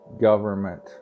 government